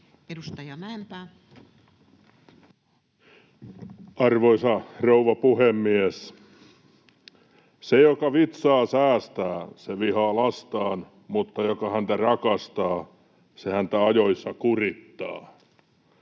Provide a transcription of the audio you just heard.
Arvoisa rouva puhemies! ”Se, joka vitsaa säästää, se vihaa lastaan, mutta joka häntä rakastaa, se häntä ajoissa kurittaa.”